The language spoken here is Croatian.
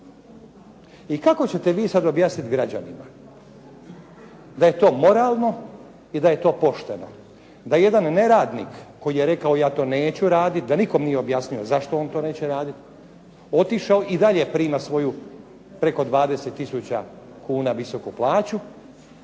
I kako ćete vi sada objasniti građanima da je to moralno, i da je to pošteno. DA jedan neradnik koji je rekao ja to neću raditi, da nikome nije objasnio zašto on to neće raditi, otišao i dalje prima svoju preko 20 tisuća kuna visoku plaću